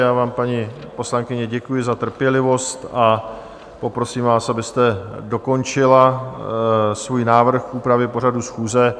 Já vám, paní poslankyně, děkuji za trpělivost a poprosím vás, abyste dokončila svůj návrh k úpravě pořadu schůze.